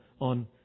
on